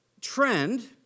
trend